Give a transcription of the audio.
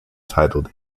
titled